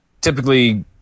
typically